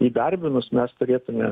įdarbinus mes turėtume